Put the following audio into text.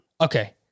Okay